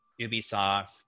Ubisoft